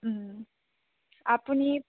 আপুনি